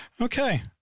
Okay